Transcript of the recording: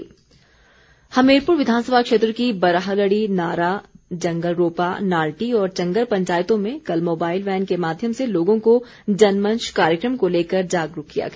जनमंच हमीरपुर विधानसभा क्षेत्र की बराहलड़ी नारा जंगलरोपा नाल्टी और चंगर पंचायतों में कल मोबाइल वैन के माध्यम से लोगों को जनमंच कार्यक्रम को लेकर जागरूक किया गया